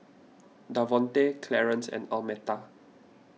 Davonte Clarence and Almeta